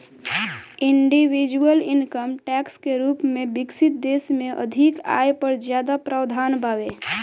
individual income tax के रूप में विकसित देश में अधिक आय पर ज्यादा प्रावधान बावे